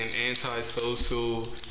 anti-social